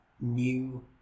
new